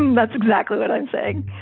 that's exactly what i'm saying